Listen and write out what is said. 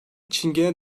çingene